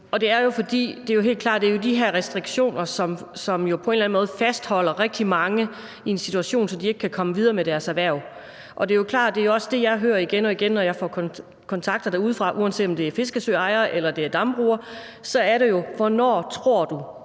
det er de her restriktioner, som på en eller anden måde fastholder rigtig mange i en situation, så de ikke kan komme videre med deres erhverv. Det er jo også klart, at det er det, jeg hører igen og igen, når jeg får kontakter derudefra, uanset om det er fiskesøejere eller det er dambrugere: Hvornår tror du